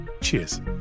Cheers